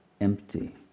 Empty